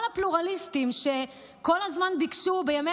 כל הפלורליסטים שכל הזמן ביקשו בימי